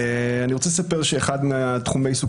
אני רוצה לספר שאחד מתחומי העיסוק